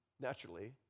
naturally